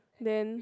then